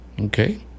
okay